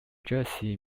jersey